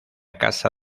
casa